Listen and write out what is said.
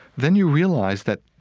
then you realize that,